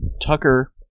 Tucker